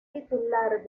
titular